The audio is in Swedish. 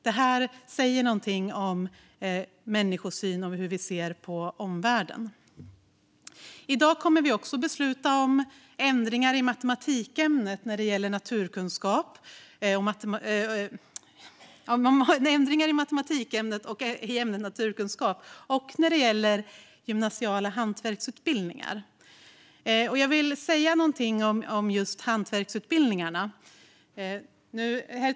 De säger någonting om vår människosyn och om hur vi ser på omvärlden. I dag kommer vi även att besluta om ändringar i matematikämnet, i ämnet naturkunskap och när det gäller gymnasiala hantverksutbildningar. Jag vill säga någonting om just hantverksutbildningarna.